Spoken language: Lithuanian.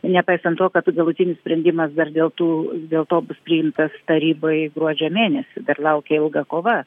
nepaisant to kad galutinis sprendimas dar dėl tų dėl to bus priimtas taryboj gruodžio mėnesį dar laukia ilga kova